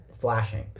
Flashing